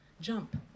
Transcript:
jump